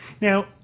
Now